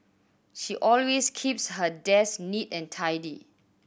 she always keeps her desk neat and tidy